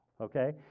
okay